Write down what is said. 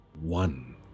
one